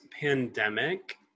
pandemic